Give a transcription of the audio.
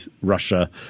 Russia